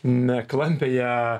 ne klampiąją